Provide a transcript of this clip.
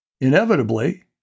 Inevitably